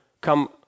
come